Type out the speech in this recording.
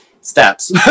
steps